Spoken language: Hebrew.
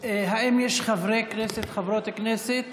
האם יש חברי כנסת או חברות כנסת